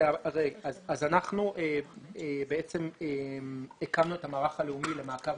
אנחנו הקמנו את המערך הלאומי למעקב,